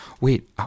Wait